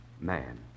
man